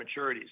maturities